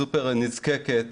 סופר נזקקת,